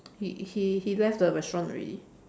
he he he left the restaurant already